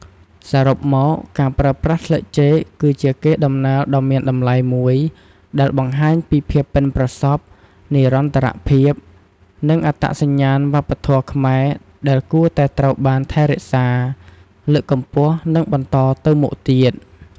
សរុបមក ការប្រើប្រាស់ស្លឹកចេក គឺជា កេរដំណែលដ៏មានតម្លៃ មួយដែលបង្ហាញពីភាពប៉ិនប្រសប់ និរន្តរភាព និងអត្តសញ្ញាណវប្បធម៌ខ្មែរ ដែលគួរតែត្រូវបានថែរក្សា លើកកម្ពស់ និងបន្តទៅមុខទៀត។